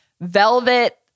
velvet